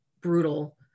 brutal